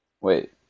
Wait